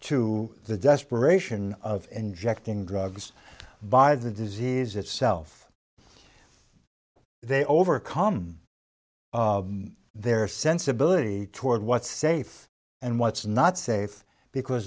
to the desperation of injecting drugs by the disease itself they overcome their sensibility toward what's safe and what's not safe because